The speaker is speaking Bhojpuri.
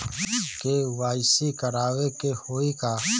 के.वाइ.सी करावे के होई का?